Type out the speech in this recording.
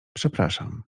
przepraszam